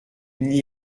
n’y